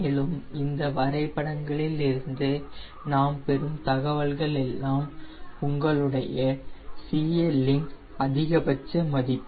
மேலும் இந்த வரைபடங்களில் இருந்து நாம் பெறும் தகவல்கள் எல்லாம் உங்களுடைய CL இன் அதிகபட்ச மதிப்பு